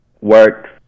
works